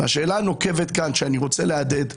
השאלה הנוקבת שאני רוצה להדהד כאן,